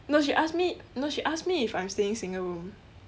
no she ask me no she ask me if I'm staying single room